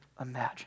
imagine